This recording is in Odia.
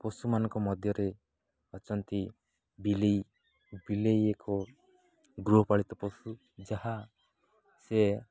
ପଶୁମାନଙ୍କ ମଧ୍ୟରେ ଅଛନ୍ତି ବିଲେଇ ବିଲେଇ ଏକ ଗୃହପାଳିତ ପଶୁ ଯାହା ସେ